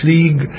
League